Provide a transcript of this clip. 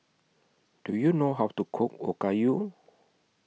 Do YOU know How to Cook Okayu